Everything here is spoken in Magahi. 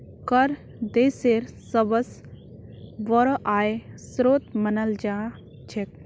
कर देशेर सबस बोरो आय स्रोत मानाल जा छेक